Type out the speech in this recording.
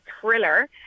thriller